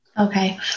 Okay